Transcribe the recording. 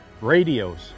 radios